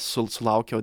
sul sulaukiau